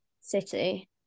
City